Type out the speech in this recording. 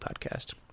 podcast